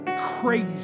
crazy